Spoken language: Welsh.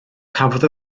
cafodd